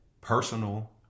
personal